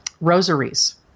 rosaries